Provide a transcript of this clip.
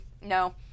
no